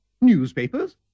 newspapers